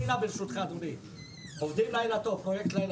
ברשותך: פרויקט "עובדים,